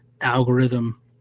algorithm